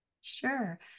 Sure